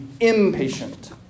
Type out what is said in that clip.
impatient